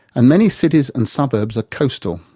and many cities and suburbs are coastal.